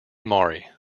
maury